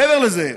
מעבר לזה,